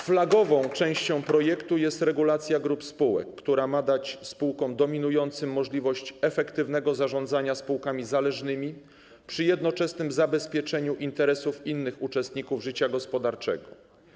Flagową częścią projektu jest regulacja grup spółek, która ma dać spółkom dominującym możliwość efektywnego zarządzania spółkami zależnymi przy jednoczesnym zabezpieczeniu interesów innych uczestników życia gospodarczego.